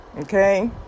Okay